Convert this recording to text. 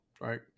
right